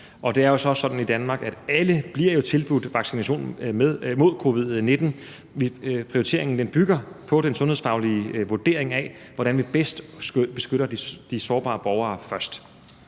Og det er jo så sådan i Danmark, at alle bliver tilbudt vaccination mod covid-19; prioriteringen bygger på den sundhedsfaglige vurdering af, hvordan vi bedst beskytter de sårbare borgere først.